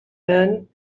men